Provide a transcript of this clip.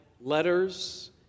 letters